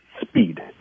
speed